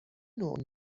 نوع